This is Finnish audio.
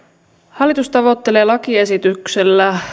hallitus tavoittelee lakiesityksellä